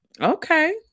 Okay